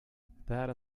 that